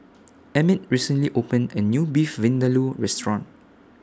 Emit recently opened A New Beef Vindaloo Restaurant